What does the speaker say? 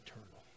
eternal